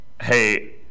hey